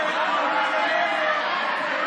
של חבר הכנסת ישראל כץ.